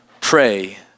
pray